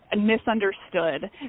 misunderstood